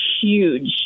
Huge